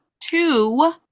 two